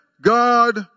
God